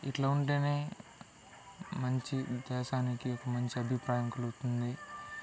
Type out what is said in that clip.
ఇలా ఉంటేనే మంచి దేశానికి ఒక మంచి అభిప్రాయం కలుగుతుంది